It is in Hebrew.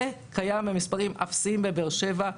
זה קיים במספרים אפסיים בבאר שבע.